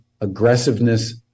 aggressiveness